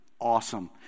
awesome